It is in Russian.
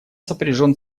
сопряжен